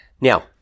now